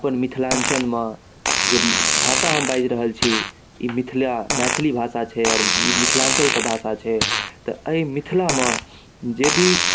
मिथिलाञ्चल मऽ भाषा हम बाइज रहल छी ई मिथिला मैथिली भाषा छै और ई मिथिलाञ्चल के भाषा छै तऽ अइ मिथिला में जे भी